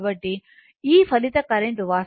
కాబట్టి ఈ ఫలిత కరెంట్ వాస్తవానికి ఈ 40